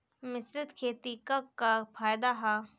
मिश्रित खेती क का फायदा ह?